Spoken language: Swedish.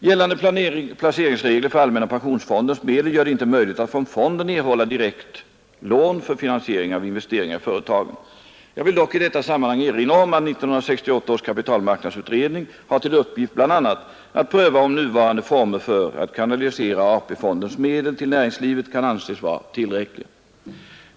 Gällande placeringsregler för allmänna pensionsfondens medel gör det inte möjligt att från fonden erhålla direkta lån för finansiering av investeringar i företagen. Jag vill dock i detta sammanhang erinra om att 1968 års kapitalmarknadsutredning har till uppgift bl.a. att pröva om nuvarande former för att kanalisera AP-fondens medel till näringslivet kan anses vara tillräckliga.